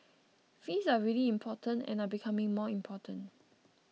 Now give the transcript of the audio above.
fees are really important and are becoming more important